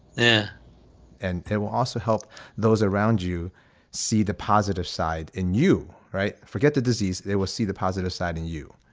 yeah and it will also help those around you see the positive side in you. all right. forget the disease. they will see the positive side in you.